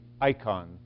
icon